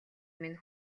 минь